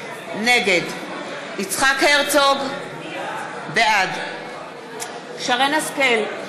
נגד יצחק הרצוג, בעד שרן השכל,